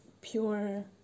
pure